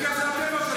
אין להם קריאות?